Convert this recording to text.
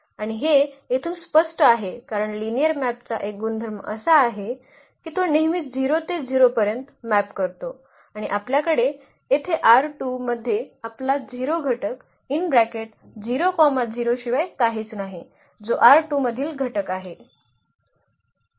आणि हे येथून स्पष्ट आहे कारण लिनिअर मॅपचा एक गुणधर्म असा आहे की तो नेहमी 0 ते 0 पर्यंत मॅप करतो आणि आपल्याकडे येथे मध्ये आपला 0 घटक शिवाय काहीच नाही जो मधील घटक आहे